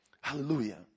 Hallelujah